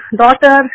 daughter